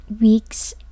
weeks